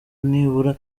nibura